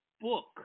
book